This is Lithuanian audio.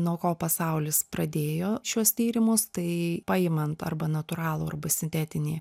nuo ko pasaulis pradėjo šiuos tyrimus tai paimant arba natūralų arba sintetinį